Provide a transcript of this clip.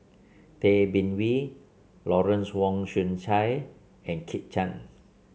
Tay Bin Wee Lawrence Wong Shyun Tsai and Kit Chan